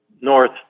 north